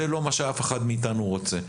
זה לא מה שאף אחד מאיתנו רוצה.